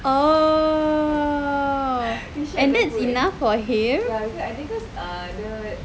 oh and that's enough for him